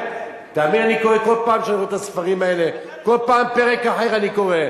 תאמין לי, כל פעם שאני רואה